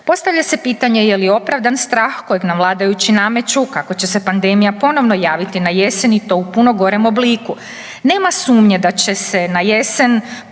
Postavlja se pitanje je li opravdan strah kojeg nam vladajući nameću kako će se pandemija ponovno javiti na jesen i to u puno gorem obliku. Nema sumnje da će se na jesen